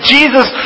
Jesus